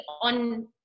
on